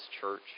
church